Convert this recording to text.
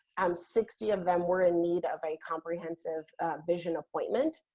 um sixty of them were in need of a comprehensive vision appointment,